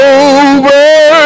over